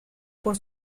por